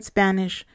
Spanish